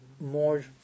more